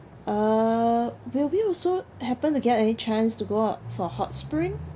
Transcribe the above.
uh will we also happen to get any chance to go out for hot spring